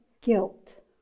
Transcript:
guilt